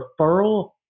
referral